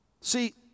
See